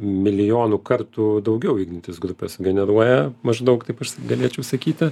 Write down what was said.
milijonu kartų daugiau ignitis grupė sugeneruoja maždaug taip galėčiau sakyti